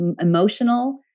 emotional